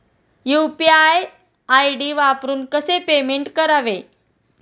UPI ID वापरून कसे payment करावे?